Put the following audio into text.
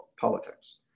politics